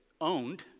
owned